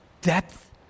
depth